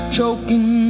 Choking